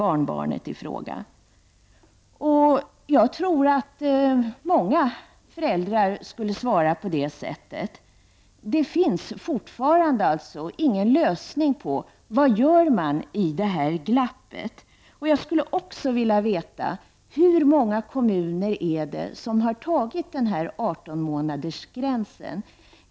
Jag tror att många föräldrar skulle svara på det sättet. Det finns fortfarande ingen lösning på vad man gör i detta glapp. Jag skulle vilja veta: Hur många kommuner är det som har tagit den här 18 månadersgränsen?